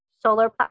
solar